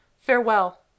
Farewell